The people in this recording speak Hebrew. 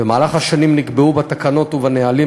במהלך השנים נקבעו בתקנות ובנהלים,